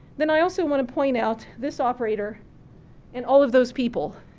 then i also want to point out this operator and all of those people,